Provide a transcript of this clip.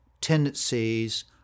tendencies